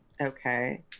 okay